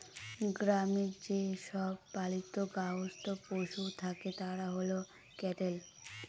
গ্রামে যে সব পালিত গার্হস্থ্য পশু থাকে তারা হল ক্যাটেল